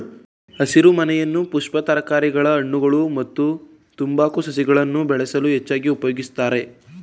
ಹಸಿರುಮನೆಯನ್ನು ಪುಷ್ಪ ತರಕಾರಿಗಳ ಹಣ್ಣುಗಳು ಮತ್ತು ತಂಬಾಕು ಸಸಿಗಳನ್ನು ಬೆಳೆಸಲು ಹೆಚ್ಚಾಗಿ ಉಪಯೋಗಿಸ್ತರೆ